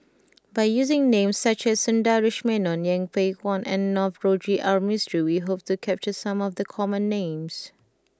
by using names such as Sundaresh Menon Yeng Pway Ngon and Navroji R Mistri we hope to capture some of the common names